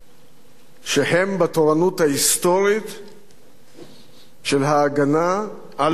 שהם בתורנות ההיסטורית של ההגנה על אזרחי ישראל.